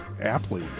aptly